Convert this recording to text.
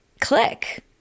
click